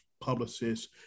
publicists